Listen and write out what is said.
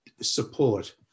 support